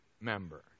member